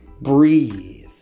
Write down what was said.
Breathe